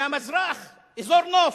מהמזרח אזור נוף,